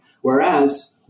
Whereas